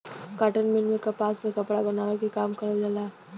cotton mill में कपास से कपड़ा बनावे के काम करल जाला